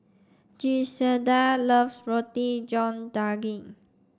Griselda loves Roti John Daging